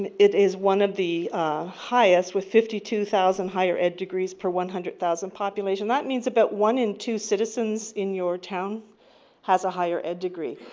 and it is one of the highest with fifty two thousand higher ed degrees per one hundred thousand population. that means about one in two citizens in your town has a higher ed degree.